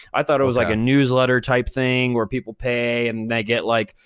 i thought it was like a newsletter-type thing, where people pay and they get, like,